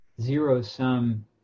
zero-sum